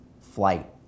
flight